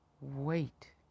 wait